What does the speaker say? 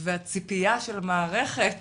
הציפייה של מערכת